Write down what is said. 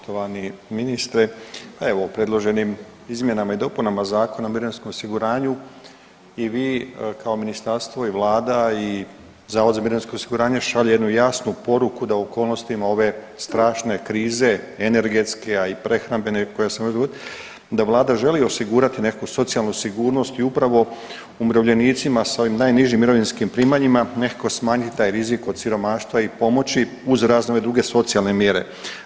Poštovani ministre, pa evo predloženim izmjenama i dopunama Zakona o mirovinskom osiguranju i vi kao ministarstvo i vlada i Zavod za mirovinsko osiguranje šalje jednu jasnu poruku da u okolnostima ove strašne krize energetske, a i prehrambene koja se može dogodit, da vlada želi osigurati nekakvu socijalnu sigurnost i upravo umirovljenicima s ovim najnižim mirovinskim primanjima nekako smanjit taj rizik od siromaštva i pomoći uz razne ove druge socijalne mjere.